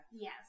Yes